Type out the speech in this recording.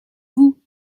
vous